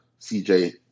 CJ